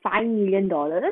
five million dollars